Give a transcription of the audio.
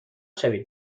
شوید